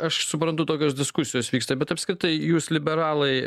aš suprantu tokios diskusijos vyksta bet apskritai jūs liberalai